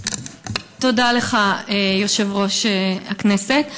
תודה לך, יושב-ראש הכנסת.